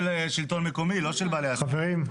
חברים.